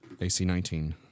AC-19